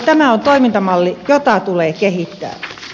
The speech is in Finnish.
tämä on toimintamalli jota tulee kehittää